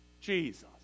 Jesus